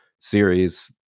series